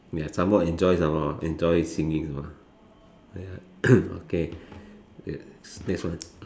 ya some more I enjoy some more enjoy singing you know ya okay next one